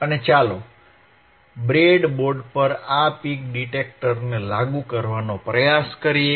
અને ચાલો બ્રેડબોર્ડ પર આ પીક ડિટેક્ટરને લાગુ કરવાનો પ્રયાસ કરીએ